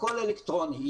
הכול אלקטרוני.